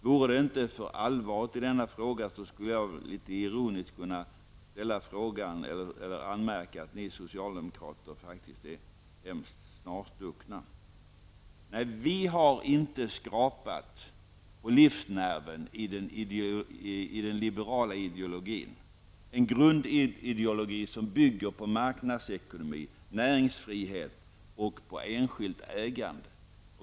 Vore det inte för allvaret i denna fråga skulle jag litet ironiskt kunna anmärka att ni socialdemokrater faktiskt är hemskt snarstuckna. Nej, vi har inte skrapat på livsnerven i den liberala ideologin, en grundideologi som bygger på marknadsekonomi, näringsfrihet och enskilt ägande.